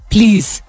Please